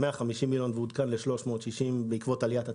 150 --- ועודכן ל-360 בעקבות עליית התמ"ג,